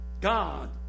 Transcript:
God